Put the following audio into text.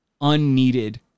unneeded